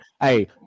hey